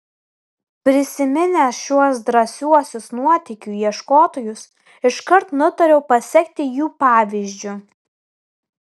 prisiminęs šiuos drąsiuosius nuotykių ieškotojus iškart nutariau pasekti jų pavyzdžiu